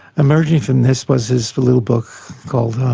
emerging from this was his little book called,